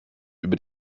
über